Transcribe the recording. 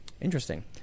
Interesting